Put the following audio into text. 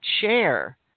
share